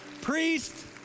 priest